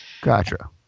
Gotcha